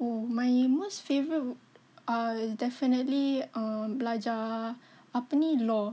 oo my most favorite ah is definitely um belajar apa ni Law